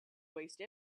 waste